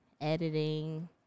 Editing